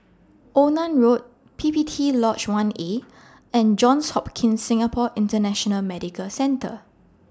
Onan Road P P T Lodge one A and Johns Hopkins Singapore International Medical Centre